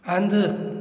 हंधि